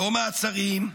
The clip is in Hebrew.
לא מעצרים,